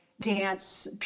dance